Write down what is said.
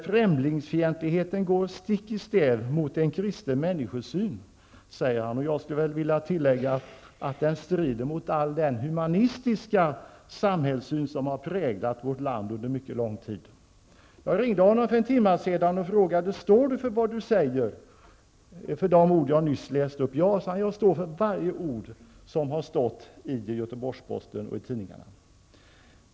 Främlingsfientlighet går stick i stäv mot en kristen människosyn, säger han. Jag skulle vilja tillägga att den strider mot den humanism i vår samhällssyn som präglat vårt land under mycket lång tid. Jag ringde honom för en timme sedan och frågade honom om han stod för de ord jag nyss läste upp. Ja, jag står för varje ord som stått i Göteborgs Posten och i tidningarna, sade han.